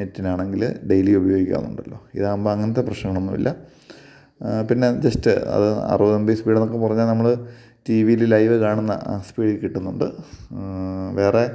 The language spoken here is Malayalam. നെറ്റിനാണങ്കില് ഡെയിലി ഉപയോഗിക്കാമെന്നുണ്ടല്ലോ ഇതാകുമ്പോള് അങ്ങനത്തെ പ്രശ്നങ്ങളൊന്നുമില്ല പിന്നെ ജസ്റ്റ് അത് അറുപത് എം ബി സ്പീഡെന്നൊക്കെ പറഞ്ഞാല് നമ്മള് ടി വിയില് ലൈവ് കാണുന്ന ആ സ്പീഡിൽ കിട്ടുന്നുണ്ട് വേറെ